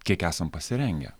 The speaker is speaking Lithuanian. kiek esam pasirengę